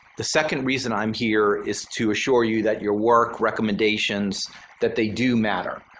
the second reason i am here is to assure you that your work recommendations that they do matter.